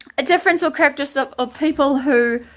a difference or characteristic of people who